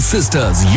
Sisters